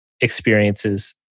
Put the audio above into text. experiences